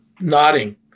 nodding